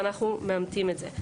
ואנחנו מאמתים את זה.